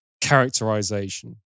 Characterization